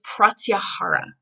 pratyahara